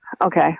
Okay